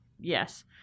Yes